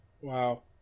Wow